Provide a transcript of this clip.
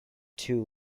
two